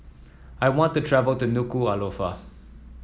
I want to travel to Nuku'alofa